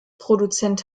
produzent